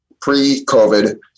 pre-COVID